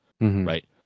right